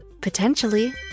Potentially